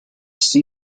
sea